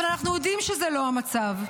אבל אנחנו יודעים שזה לא המצב.